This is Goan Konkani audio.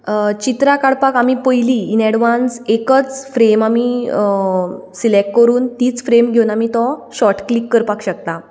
चित्रां काडपाक आमी पयलीं इन एडवान्स एकच फ्रेम आमी सिलेक्ट करून तीच फ्रेम घेवन आमी तो शॉर्ट क्लिक करपाक शकता